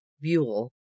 Buell